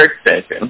extension